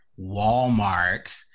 Walmart